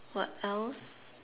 what else